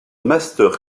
master